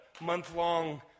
month-long